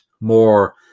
more